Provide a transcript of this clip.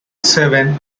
seven